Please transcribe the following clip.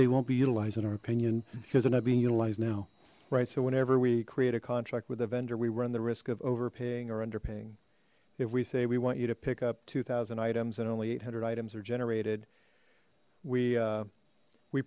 they won't be utilized in our opinion because they're not being utilized now right so whenever we create a contract with the vendor we run the risk of overpaying or under paying if we say we want you to pick up two thousand items and only eight hundred items are generated we